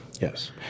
Yes